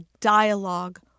dialogue